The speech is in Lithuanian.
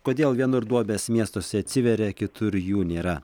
kodėl vienur duobės miestuose atsiveria kitur jų nėra